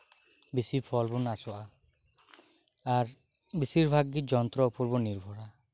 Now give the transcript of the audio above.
ᱵᱮᱥᱤ ᱯᱷᱚᱞᱵᱩᱱ ᱟᱥᱚᱜ ᱟ ᱟᱨ ᱵᱮᱥᱤᱨ ᱵᱷᱟᱜ ᱜᱤ ᱡᱚᱱᱛᱨᱚ ᱩᱯᱚᱨᱵᱩᱱ ᱱᱤᱨᱵᱷᱚᱨᱟ